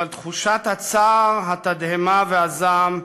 אבל תחושות הצער, התדהמה והזעם,